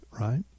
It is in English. right